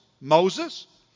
Moses